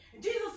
Jesus